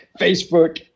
facebook